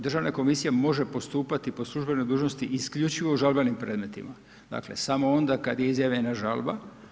Državna komisija može postupati po službenoj dužnosti isključivo u žalbenim predmetima, dakle samo onda kad je izjavljena žalba.